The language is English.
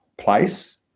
place